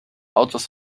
autos